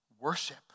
Worship